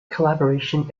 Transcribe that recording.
collaboration